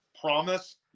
promise